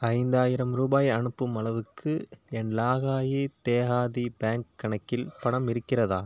ஐந்தாயிரம் ரூபாய் அனுப்பும் அளவுக்கு என் இலாகாயி தேஹாதி பேங்க் கணக்கில் பணம் இருக்கிறதா